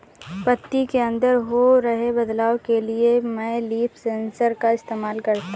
पत्ती के अंदर हो रहे बदलाव के लिए मैं लीफ सेंसर का इस्तेमाल करता हूँ